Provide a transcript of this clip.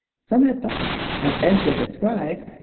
some have thought that ezra the scribe,